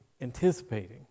anticipating